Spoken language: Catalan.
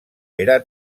era